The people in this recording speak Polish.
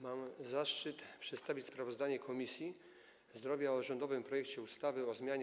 Mam zaszczyt przedstawić sprawozdanie Komisji Zdrowia o rządowym projekcie ustawy o zmianie